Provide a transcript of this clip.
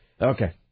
Okay